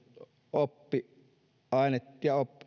oppiaine ja